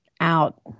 out